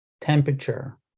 temperature